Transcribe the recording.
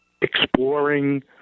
exploring